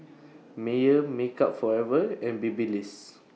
Mayer Makeup Forever and Babyliss